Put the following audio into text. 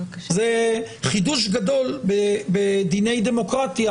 זה חידוש גדול בדיני דמוקרטיה,